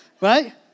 right